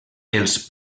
els